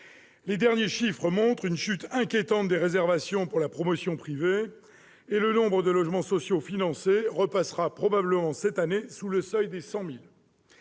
Les derniers chiffres montrent une chute inquiétante des réservations pour la promotion privée, et le nombre de logements sociaux financés repassera probablement cette année sous le seuil des 100 000.